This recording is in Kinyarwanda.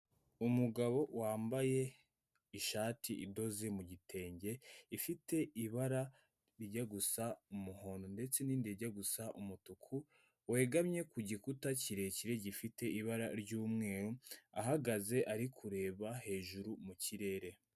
Umugabo wambaye ishati idoze mu gitenge, ifite ibara rijya gusa umuhondo, ndetse n'irindi rijya gusa umutuku, wegamye ku gikuta kirekire gifite ibara ry'umweru, ahagaze ari kureba hejuru mu kirere.